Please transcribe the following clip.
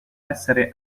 essere